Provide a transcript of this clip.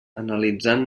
analitzant